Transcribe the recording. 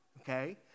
okay